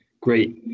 great